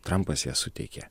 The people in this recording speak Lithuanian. trampas ją suteikė